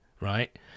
Right